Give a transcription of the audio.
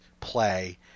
play